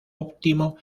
óptimo